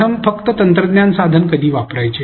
प्रथम फक्त तंत्रज्ञान साधन कधी वापरायचे